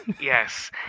Yes